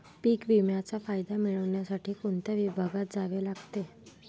पीक विम्याचा फायदा मिळविण्यासाठी कोणत्या विभागात जावे लागते?